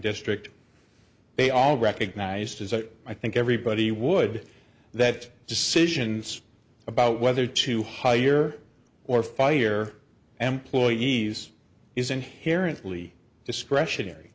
district they all recognized as i think everybody would that decisions about whether to hire or fire employees is inherently discretionary